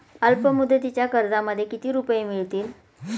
अल्पमुदतीच्या कर्जामध्ये किती रुपये मिळतील?